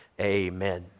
amen